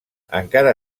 encara